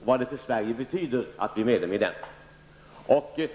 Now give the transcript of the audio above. och vad det för Sverige betyder att bli medlem i denna.